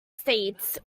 states